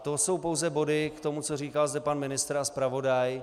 To jsou pouze body k tomu, co říkal zde pan ministr a zpravodaj.